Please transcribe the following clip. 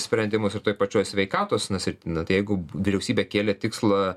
sprendimus ir toj pačioj sveikatos nusilpnina tai jeigu vyriausybė kėlė tikslą